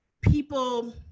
people